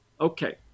Okay